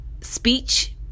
speech